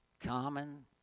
Common